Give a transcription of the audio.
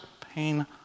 pain